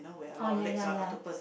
oh ya ya ya